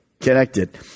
connected